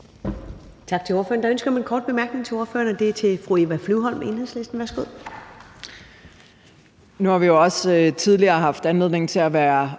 Tak til ordføreren. Der er ønske om en kort bemærkning til ordføreren, og det er fra fru Eva Flyvholm, Enhedslisten. Værsgo.